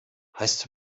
heißt